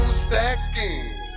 stacking